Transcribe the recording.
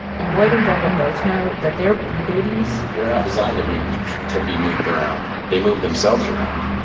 and lloyd and brenda both know that their bee babies. they're not designed to be to be moved around. they move themselves around,